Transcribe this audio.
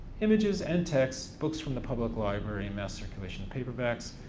images and text, books from the public library, mass circulation paperbacks.